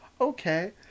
okay